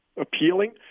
appealing